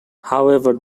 however